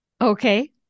Okay